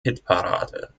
hitparade